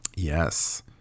Yes